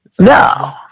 No